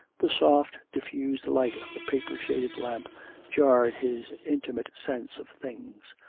the soft, diffused light of the paper-shaded lamp jarred his intimate sense of things.